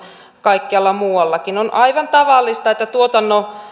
kaikkialla muuallakin on aivan tavallista että tuotannon